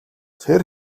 тэр